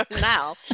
now